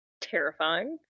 Terrifying